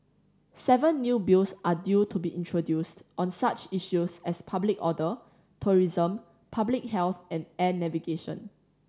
seven new Bills are due to be introduced on such issues as public order tourism public health and air navigation